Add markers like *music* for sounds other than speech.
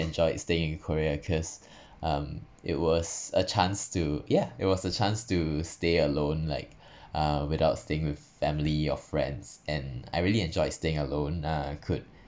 enjoyed staying in korea because um it was a chance to yeah it was a chance to stay alone like *breath* uh without staying with family or friends and I really enjoyed staying alone ah could